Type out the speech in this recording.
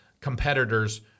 competitors